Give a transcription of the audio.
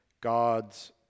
God's